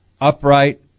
upright